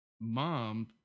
mom